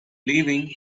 leaving